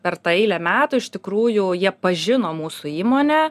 per tą eilę metų iš tikrųjų jie pažino mūsų įmonę